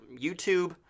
YouTube